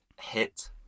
hit